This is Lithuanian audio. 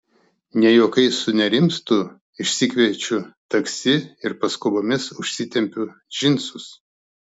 ne juokais sunerimstu išsikviečiu taksi ir paskubomis užsitempiu džinsus